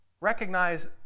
recognize